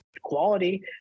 quality